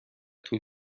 طول